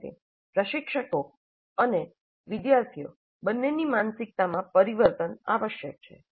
આ માટે પ્રશિક્ષકો અને વિદ્યાર્થીઓ બંને ની માનસિકતામાં પરિવર્તન આવશ્યક છે